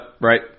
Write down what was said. right